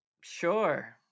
Sure